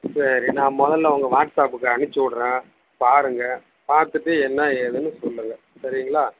சரி நான் முதல்ல உங்கள் வாட்ஸ்அப்புக்கு அனுப்ச்சு விட்றேன் பாருங்க பார்த்துட்டு என்ன ஏதுன்னு சொல்லுங்க சரிங்களா